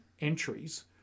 entries